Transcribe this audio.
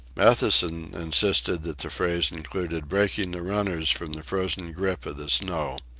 matthewson insisted that the phrase included breaking the runners from the frozen grip of the snow.